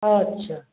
अच्छा